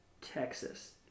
Texas